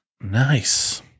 Nice